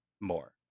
more